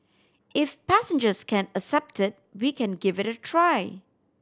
if passengers can accept it we can give it a try